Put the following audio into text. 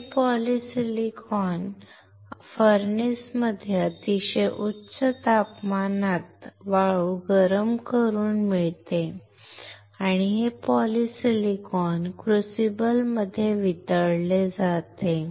हे पॉलिसिलिकॉन भट्टीमध्ये अतिशय उच्च तापमानात वाळू गरम करून मिळते आणि हे पॉलिसिलिकॉन क्रुसिबलमध्ये वितळले जाते